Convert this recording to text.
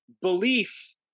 belief